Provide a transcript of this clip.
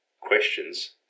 questions